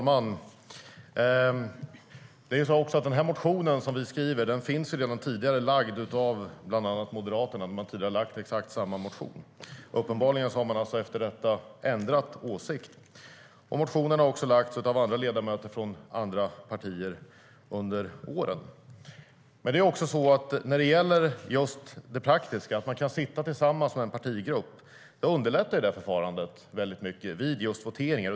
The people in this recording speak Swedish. Herr talman! Den motion vi har väckt har redan tidigare väckts av bland annat Moderaterna. Uppenbarligen har man ändrat åsikt. Motioner har också under åren väckts av andra ledamöter från andra partier. När det gäller det praktiska att sitta tillsammans som en partigrupp underlättar det förfarandet vid voteringar.